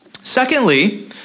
Secondly